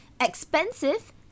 expensive